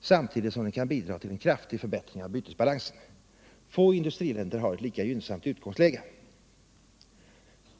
samtidigt som den kan bidra till en kraftig förbättring av bytesbalansen. Få industriländer har ett lika gynnsamt utgångsläge.